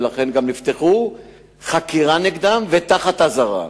ולכן פתחו בחקירה נגדם תחת אזהרה.